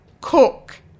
cook